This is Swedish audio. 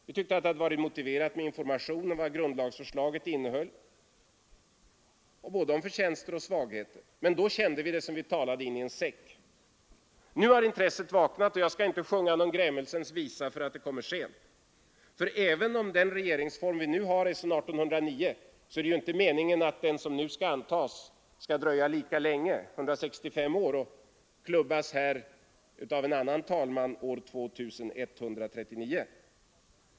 Vi tyckte att det hade varit motiverat med information om vad grundlagsförslaget innehöll, både om förtjänster och om svagheter. Men då kände vi det som om vi talade in i en säck. Nu har intresset vaknat, och jag skall inte sjunga någon grämelsens visa över att det kommer sent. För även om den regeringsform vi har är sedan 1809 är det inte meningen att den som nu skall antas skall vara lika länge — 165 år — och att nästa reform skall "klubbas här av en annan talman år 2139.